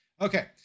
Okay